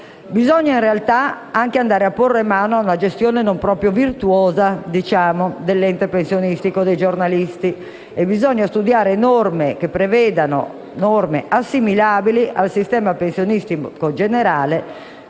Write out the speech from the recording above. Bisogna, in realtà, anche andare a porre mano a una gestione non proprio virtuosa dell'ente pensionistico dei giornalisti e bisogna studiare norme assimilabili al sistema pensionistico generale,